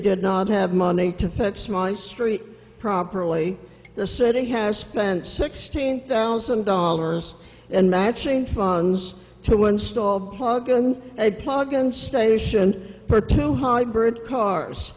did not have money to fix my street properly the city has spent sixteen thousand dollars and matching funds to one stalled plug and a plug in station for two hybrid cars